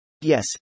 Yes